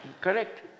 correct